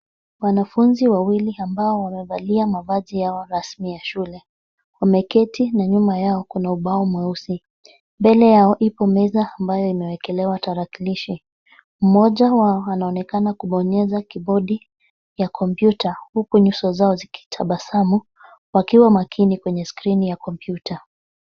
Waanafunzi wawili ambao wamevalia mavazi yao rasmi ya shule wameketi na nyuma yao kuna ubao mweusi. Mbele yao ipo meza ambayo imewekelewa tarakilishi. Mmoja wao anaonekana kubonyeza kibodi ya kompyuta huku nyuso zao zikitabasamu wakiwa makini kwenye skrini ya kompyuta.